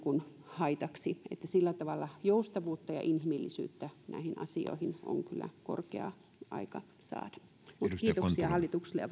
haitaksi sillä tavalla joustavuutta ja inhimillisyyttä näihin asioihin on kyllä korkea aika saada kiitoksia hallitukselle